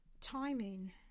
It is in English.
timing